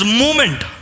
movement